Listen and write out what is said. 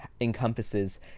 encompasses